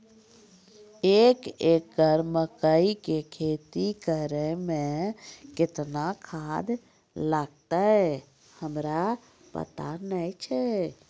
एक एकरऽ मकई के खेती करै मे केतना खाद लागतै हमरा पता नैय छै?